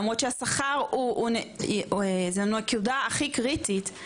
למרות שהשכר הוא נקודה הכי קריטית,